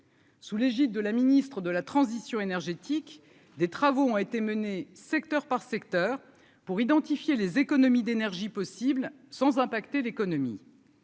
Sous l'égide de la ministre de la transition énergétique des travaux ont été menés, secteur par secteur pour identifier les économies d'énergie possible sans impacter l'économie.